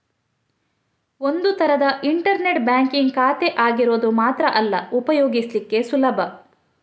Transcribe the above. ಒಂದು ತರದ internet banking ಖಾತೆ ಆಗಿರೋದು ಮಾತ್ರ ಅಲ್ಲ ಉಪಯೋಗಿಸ್ಲಿಕ್ಕೆ ಸುಲಭ